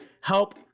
help